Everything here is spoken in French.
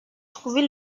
trouver